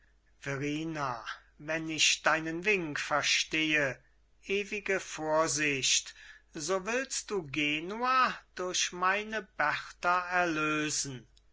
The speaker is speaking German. wenn ich deinen wink verstehe ewige vorsicht so willst du genua durch meine berta erlösen